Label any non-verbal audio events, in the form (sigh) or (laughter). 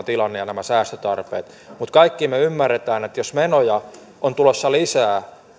(unintelligible) tilanne ja nämä säästötarpeet yksin heistä johtuisivat mutta kaikki me ymmärrämme että jos menoja on tulossa lisää noin yhden